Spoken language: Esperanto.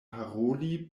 paroli